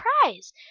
prize